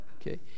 okay